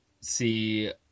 see